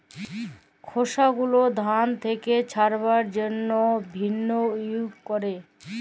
খসা গুলা ধান থেক্যে ছাড়াবার জন্হে ভিন্নউইং ক্যরে